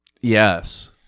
Yes